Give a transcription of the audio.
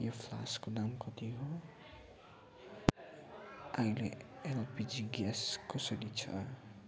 यो फ्लासको दाम कति हो अहिले एलपिजी ग्यास कसरी छ